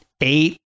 eight